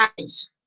eyes